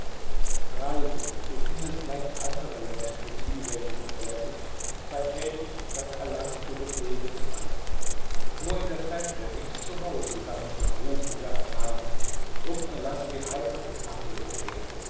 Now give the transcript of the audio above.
reise du findest leicht andere leute für die welche du verlässest sei tätig dann erlangst du des lebens reiz nur in der fremde nicht zu hause sammelt man ruhm oder erfahrung drum verlasse die heimat und wandre umher